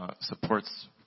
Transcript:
Supports